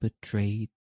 betrayed